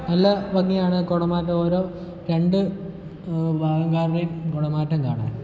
നല്ല ഭംഗിയാണ് കുടമാറ്റം ഓരോ രണ്ട് വിഭാഗക്കാരുടെയും കുടമാറ്റം കാണാം